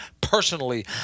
personally